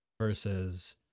versus